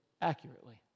Accurately